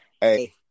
hey